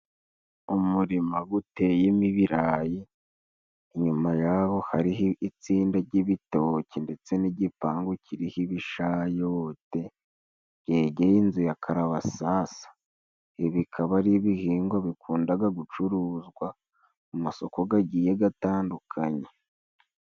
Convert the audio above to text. Umurima guteyemo ibirayi，inyuma yaho hariho itsinda ry'ibitoki ndetse n'igipangu kiriho ibishayote byegereye inzu ya karabasasu， ibi bikaba ari ibihingwa bikundaga gucuruzwa mu masoko gagiye gatandukanye.